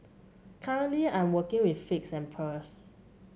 currently I'm working with figs and pears